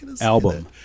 album